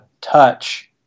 touch